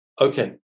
okay